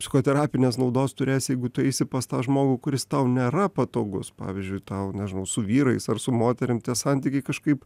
psichoterapinės naudos turėsi jeigu tu eisi pas tą žmogų kuris tau nėra patogus pavyzdžiui tau nežinau su vyrais ar su moterim tie santykiai kažkaip